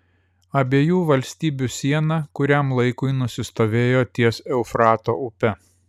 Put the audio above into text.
abiejų valstybių siena kuriam laikui nusistovėjo ties eufrato upe